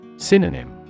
Synonym